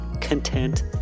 content